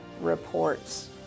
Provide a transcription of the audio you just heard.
reports